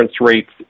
rates